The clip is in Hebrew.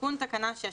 תיקון תקנה 16